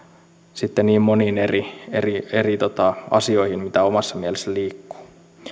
sitten niin moniin eri eri asioihin mitä omassa mielessä liikkuu